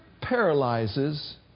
paralyzes